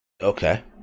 Okay